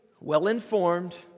well-informed